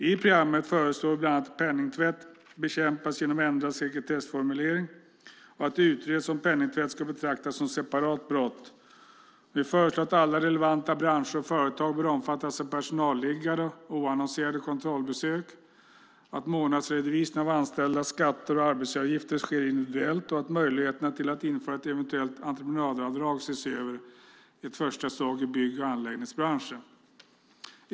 I programmet föreslår vi bland annat att penningtvätt bekämpas genom en ändrad sekretessformulering och att det utreds om penningtvätt ska betraktas som ett separat brott. Vi föreslår att alla relevanta branscher och företag bör omfattas av personalliggare och oannonserade kontrollbesök, att månadsredovisningen av anställdas skatter och arbetsgivaravgifter sker individuellt och att möjligheterna att införa ett eventuellt entreprenadavdrag ses över i ett första steg i bygg och anläggningsbranschen.